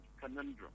conundrum